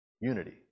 unity